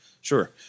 Sure